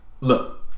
look